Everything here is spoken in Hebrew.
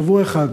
שבוע אחד